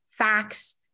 facts